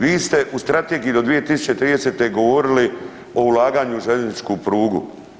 Vi ste u strategiji do 2030. govorili o ulaganju u željezničku prugu.